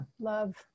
love